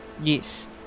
Yes